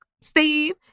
Steve